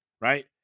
right